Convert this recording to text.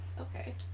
Okay